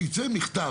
שיצא מכתב,